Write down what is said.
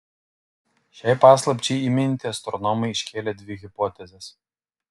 šiai paslapčiai įminti astronomai iškėlė dvi hipotezes